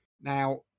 Now